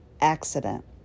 accident